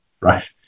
right